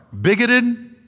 bigoted